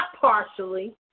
partially